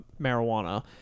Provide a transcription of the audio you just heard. marijuana